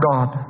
God